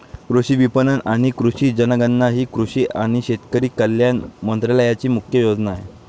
कृषी विपणन आणि कृषी जनगणना ही कृषी आणि शेतकरी कल्याण मंत्रालयाची मुख्य योजना आहे